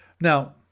Now